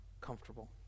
comfortable